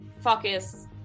focus